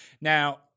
now